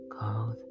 called